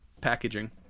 packaging